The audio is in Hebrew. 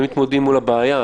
הם מתמודדים מול הבעיה,